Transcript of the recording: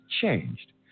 changed